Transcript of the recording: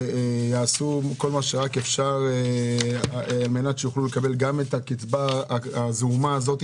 שיעשו כל מה שרק אפשר על מנת שיוכלו לקבל גם את הקצבה הזעומה הזאת,